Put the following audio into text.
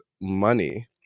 money